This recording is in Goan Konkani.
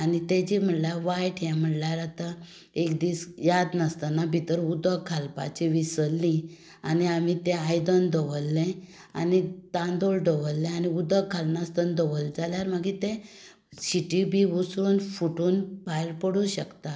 आनी ताजी म्हणल्यार वायट हें म्हणल्यार आतां एक दीस याद नासतना भितर उदक घालपाचें विसरली आनी आमी तें आयदन दवरलें आनी तांदूळ दवरलें आनी उदक घालनासतना दवरलें जाल्यार तें मागीर सिटी बी वचून फुटून भायर पडूंक शकता